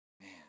Man